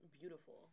Beautiful